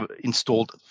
installed